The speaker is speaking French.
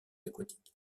aquatique